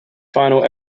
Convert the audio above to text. final